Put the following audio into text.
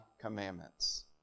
commandments